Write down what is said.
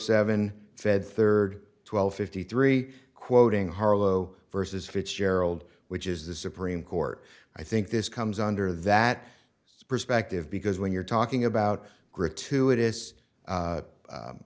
seven fed third twelve fifty three quoting harlow versus fitzgerald which is the supreme court i think this comes under that perspective because when you're talking about gratuitous